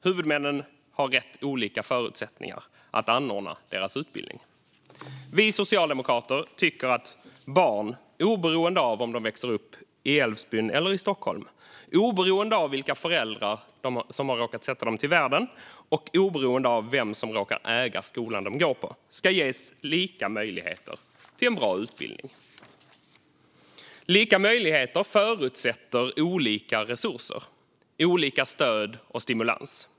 Huvudmännen har rätt olika förutsättningar att anordna deras utbildning. Vi socialdemokrater tycker att barn, oberoende av om de växer upp i Älvsbyn eller i Stockholm, oberoende av vilka föräldrar som har råkat sätta dem till världen och oberoende av vem som råkar äga skolan de går på, ska ges lika möjligheter till en bra utbildning. Lika möjligheter förutsätter olika resurser, olika stöd och stimulans.